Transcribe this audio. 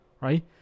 right